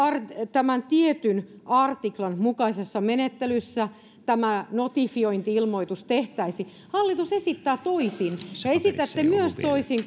tämän tietyn artiklan mukaisessa menettelyssä tämä notifiointi ilmoitus tehtäisiin hallitus esittää toisin ja esitätte myös toisin